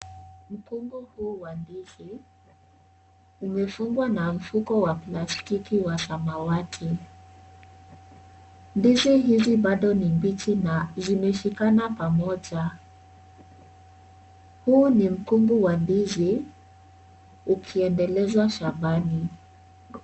Mkungu huu wa ndizi imefungwa na mfuko wa plastiki ya samawati. Ndizi hizi bado ni mbichi na zimeshikana pamoja. Huu ni mkungu wa ndizi ukiendelezwa shambani.